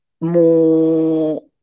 more